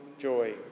joy